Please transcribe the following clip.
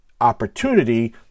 opportunity